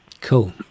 cool